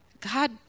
God